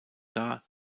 dar